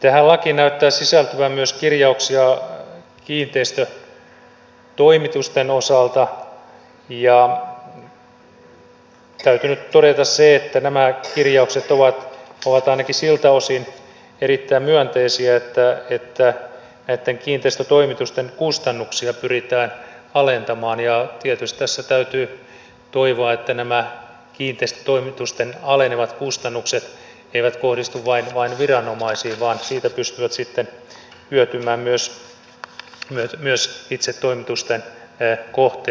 tähän lakiin näyttää sisältyvän myös kirjauksia kiinteistötoimitusten osalta ja täytyy nyt todeta se että nämä kirjaukset ovat ainakin siltä osin erittäin myönteisiä että näitten kiinteistötoimitusten kustannuksia pyritään alentamaan ja tietysti tässä täytyy toivoa että nämä kiinteistötoimitusten alenevat kustannukset eivät kohdistu vain viranomaisiin vaan siitä pystyvät sitten hyötymään myös itse toimitusten kohteet ja asiakkaat